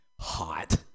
hot